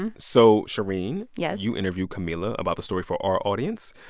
and so, shereen. yes? you interviewed camila about the story for our audience.